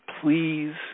please